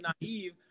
naive